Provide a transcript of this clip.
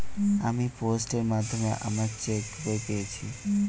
আমি পোস্টের মাধ্যমে আমার চেক বই পেয়েছি